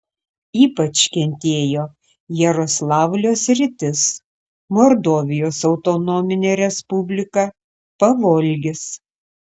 ypač kentėjo jaroslavlio sritis mordovijos autonominė respublika pavolgis